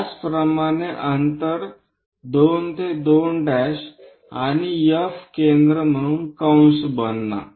त्याचप्रमाणे अंतर 2 ते 2 आणि F केंद्र म्हणून कंस बनवा